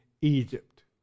Egypt